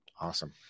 Awesome